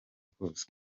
kose